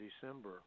December